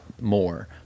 more